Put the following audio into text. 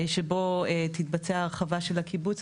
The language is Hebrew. שבו תתבצע ההרחבה של הקיבוץ,